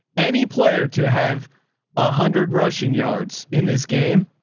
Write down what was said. any player to have a hundred rushing yards in this game,